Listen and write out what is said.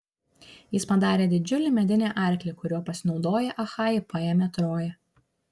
jis padarė didžiulį medinį arklį kuriuo pasinaudoję achajai paėmė troją